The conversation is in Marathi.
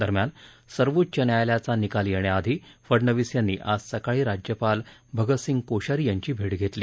दरम्यान सर्वोच्च न्यायालयाचा निकाल येण्याआधी फडणवीस यांनी आज सकाळी राज्यपाल भगत सिंह कोश्यारी यांची भेट घेतली